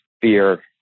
fear